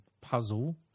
puzzle